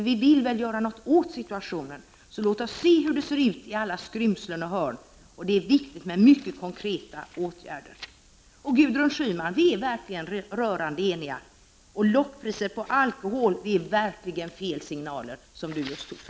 Vi vill väl göra någonting åt situationen. Låt oss se hur det ser ut i alla skrymslen och hörn — det är viktigt med mycket konkreta åtgärder. Gudrun Schyman och jag är rörande eniga om att lockpriser på alkohol verkligen är fel signaler.